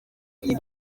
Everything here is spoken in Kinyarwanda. iyi